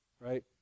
right